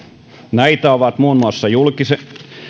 näitä ovat muun muassa julkisen